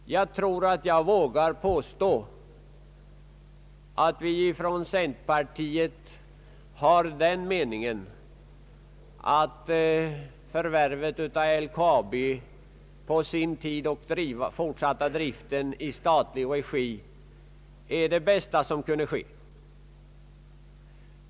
Jag tror att jag vågar påstå att vi från centerpartiet har den meningen att förvärvet på sin tid av LKAB och den fortsatta driften i statlig regi var det bästa som kunde ske.